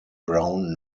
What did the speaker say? brown